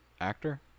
actor